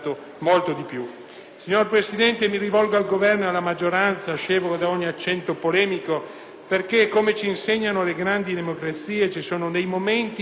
perché, come ci insegnano le grandi democrazie, ci sono momenti nei quali bisogna far prevalere l'interesse generale alle legittime convenienze di parte.